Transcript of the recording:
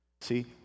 See